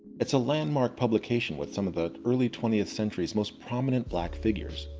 it's a landmark publication with some of the early twentieth century's most prominent black figures,